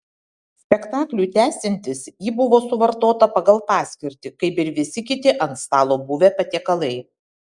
spektakliui tęsiantis ji buvo suvartota pagal paskirtį kaip ir visi kiti ant stalo buvę patiekalai